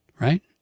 right